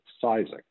sizing